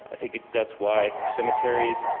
i think that's why cemeteries